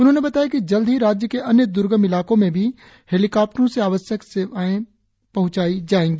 उन्होंने बताया कि जल्द ही राज्य के अन्य दर्गम इलाकों में भी हेलिकॉप्टरों से आवश्यक वस्तुएं पहुंचायी जाएगी